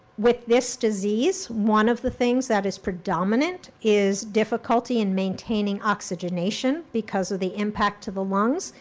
with this disease, one of the things that is predominant is difficulty in maintaining oxygenation because of the impact to the lungs,